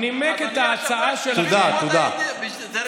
אדוני היושב-ראש, זה בשביל כבוד הדיון.